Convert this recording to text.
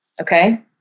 Okay